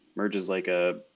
merge is like ah